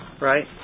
right